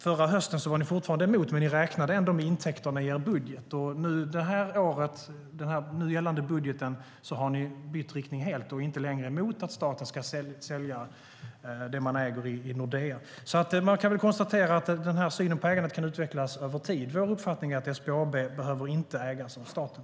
Förra hösten var ni fortfarande emot, men ni räknade ändå med intäkterna i er budget. När det gäller den nu gällande budgeten har ni bytt riktning helt och är inte längre emot att staten ska sälja det man äger i Nordea. Man kan konstatera att synen på ägandet kan utvecklas över tid. Vår uppfattning är att SBAB inte behöver ägas av staten.